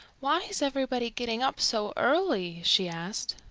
why is everybody getting up so early? she asked.